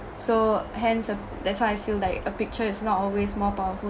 so hence uh that's why I feel like a picture is not always more powerful